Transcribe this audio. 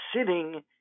sitting